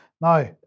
Now